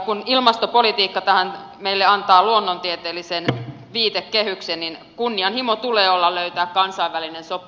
kun ilmastopolitiikka tähän meille antaa luonnontieteellisen viitekehyksen niin kunnianhimoa tulee olla löytää kansainvälinen sopu